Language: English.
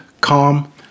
calm